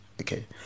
Okay